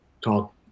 talk